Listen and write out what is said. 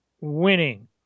winning